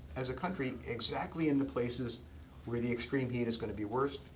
as a country, exactly in the places where the extreme heat is going to be worse.